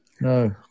No